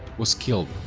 was killed,